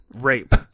Rape